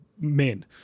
men